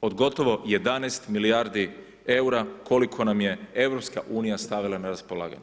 od gotovo 11 milijardi EUR-a koliko nam je EU stavila na raspolaganje.